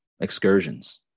excursions